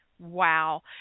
wow